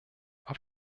auf